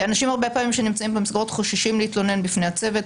הרבה פעמים אנשים שנמצאים במסגרות חוששים להתלונן בפני הצוות,